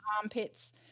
armpits